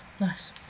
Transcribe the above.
nice